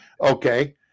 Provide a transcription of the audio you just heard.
Okay